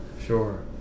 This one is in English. sure